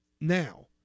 now